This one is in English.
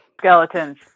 Skeletons